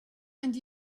and